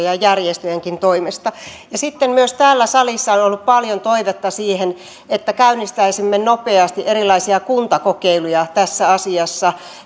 ja ja järjestöjenkin toimesta sitten myös täällä salissa on on ollut paljon toivetta siitä että käynnistäisimme nopeasti erilaisia kuntakokeiluja tässä asiassa